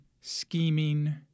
scheming